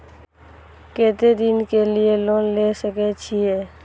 केते दिन के लिए लोन ले सके छिए?